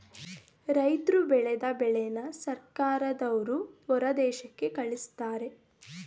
ರೈತರ್ರು ಬೆಳದ ಬೆಳೆನ ಸರ್ಕಾರದವ್ರು ಹೊರದೇಶಕ್ಕೆ ಕಳಿಸ್ತಾರೆ